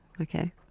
okay